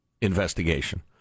Investigation